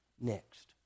next